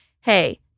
hey